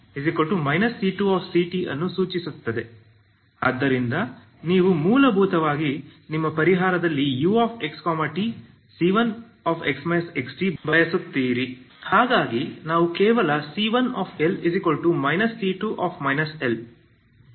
ಇದು c1 ct c2ct ಅನ್ನು ಸೂಚಿಸುತ್ತದೆ ಆದ್ದರಿಂದ ನೀವು ಮೂಲಭೂತವಾಗಿ ನಿಮ್ಮ ಪರಿಹಾರದಲ್ಲಿ u xt c1x ctಬಯಸುತ್ತೀರಿ ಹಾಗಾಗಿ ನಾವು ಕೇವಲ c1l c2 l ct ಬರೆಯುತ್ತೇವೆ